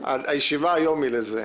הישיבה היום היא על זה.